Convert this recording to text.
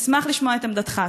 אשמח לשמוע את עמדתך.